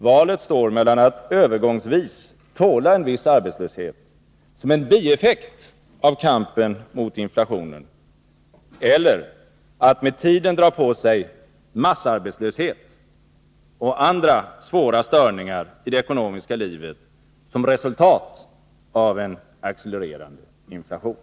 Valet står mellan att övergångsvis tåla en viss arbetslöshet som en bieffekt av kampen mot inflationen eller att med tiden dra på sig massarbetslöshet och andra svåra störningar i det ekonomiska livet som resultat av en accelererande inflation.